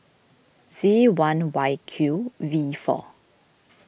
Z one Y Q V four